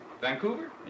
vancouver